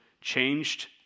changed